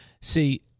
See